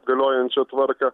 galiojančią tvarką